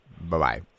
Bye-bye